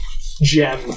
gem